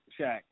Shaq